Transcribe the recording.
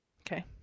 Okay